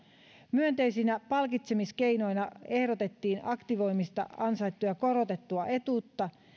myönteisinä palkitsemiskeinoina ehdotettiin aktivoinnista ansaittua korotettua etuutta